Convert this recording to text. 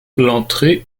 l’entrée